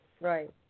right